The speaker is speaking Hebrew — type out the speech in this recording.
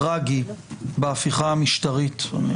שנייה, אנחנו פה ברגע טרגי בהפיכה המשטרית.